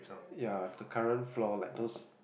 yeah the current floor like those